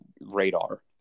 radar